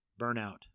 burnout